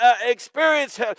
experience